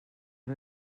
per